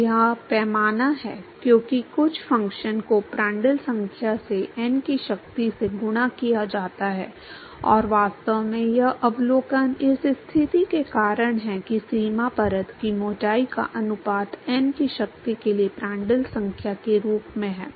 तो यह पैमाना है क्योंकि कुछ फ़ंक्शन को प्रांड्ल संख्या से n की शक्ति से गुणा किया जाता है और वास्तव में यह अवलोकन इस स्थिति के कारण है कि सीमा परत की मोटाई का अनुपात n की शक्ति के लिए प्रांड्ल संख्या के रूप में है